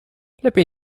lepiej